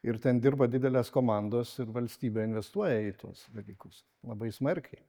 ir ten dirba didelės komandos ir valstybė investuoja į tuos dalykus labai smarkiai